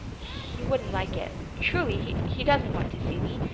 he wouldn't like it. truly, he he doesn't want to see me.